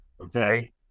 okay